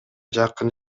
жакын